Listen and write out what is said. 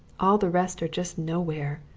all the rest are just nowhere.